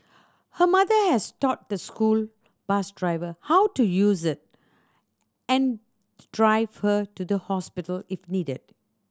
her mother has taught the school bus driver how to use it and drive her to the hospital if needed